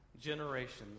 generations